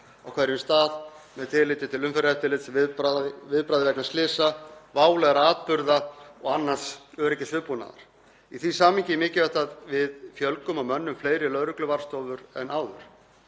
á hverjum stað, með tilliti til umferðareftirlits, viðbragðs vegna slysa, válegra atburða og annars öryggishugbúnaðar. Í því samhengi er mikilvægt að við fjölgum og mönnum fleiri lögregluvarðstofur en áður.